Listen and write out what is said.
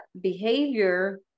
behavior